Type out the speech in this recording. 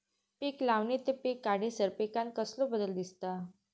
पीक लावणी ते पीक काढीसर पिकांत कसलो बदल दिसता?